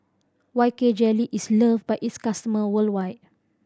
K Y Jelly is love by its customers worldwide